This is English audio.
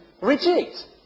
reject